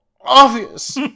obvious